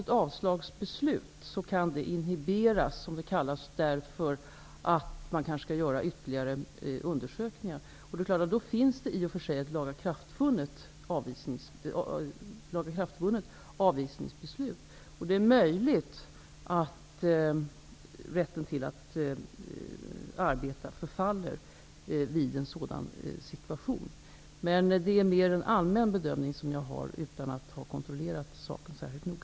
Ett avslagsbeslut kan inhiberas därför att man kanske skall göra ytterligare undersökningar. Då finns i och för sig ett lagakraftvunnet avvisningsbeslut. Det är möjligt att rätten att arbeta förfaller i en sådan situation. Detta är dock en mera allmän bedömning som jag gör utan att ha kontrollerat saken särskilt noga.